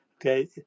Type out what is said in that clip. okay